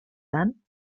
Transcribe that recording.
tant